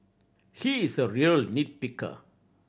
he is a real nit picker